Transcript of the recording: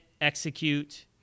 execute